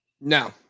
No